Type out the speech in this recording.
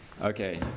Okay